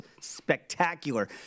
spectacular